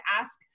ask